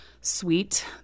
sweet